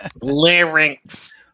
Larynx